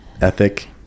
ethic